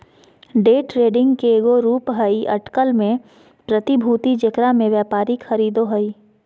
day trading के एगो रूप हइ अटकल में प्रतिभूति जेकरा में व्यापारी खरीदो हइ